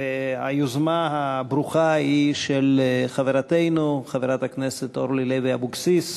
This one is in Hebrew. והיוזמה הברוכה היא של חברתנו חברת הכנסת אורלי לוי אבקסיס.